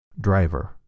driver